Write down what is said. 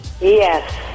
Yes